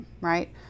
right